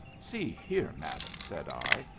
see here, madam, said i,